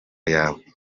yawe